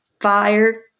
Fire